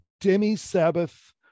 demi-Sabbath